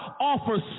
offers